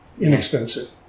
inexpensive